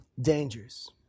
dangers